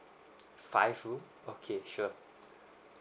five room okay sure